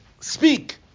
speak